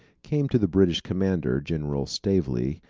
came to the british commander general stavely,